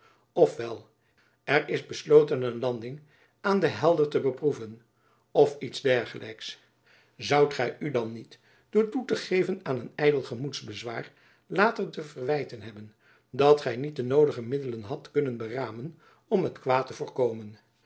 wel er is besloten een landing aan de helder te beproeven of iets dergelijks zoudt gy u dan niet door toe te geven aan een ydel gemoedsbezwaar later te wijten hebben dat gy niet de noodige middelen hadt kunnen beramen om het kwaad te voorkomen